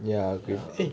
ya